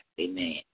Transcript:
Amen